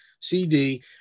cd